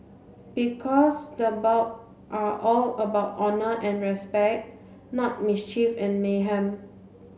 because the bout are all about honour and respect not mischief and mayhem